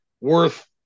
worth